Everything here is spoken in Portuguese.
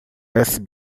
este